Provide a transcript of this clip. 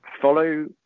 follow